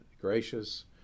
gracious